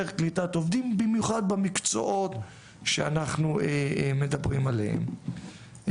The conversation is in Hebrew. קליטת עובדים במיוחד במקצועות שאנחנו מדברים עליהם.